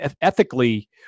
ethically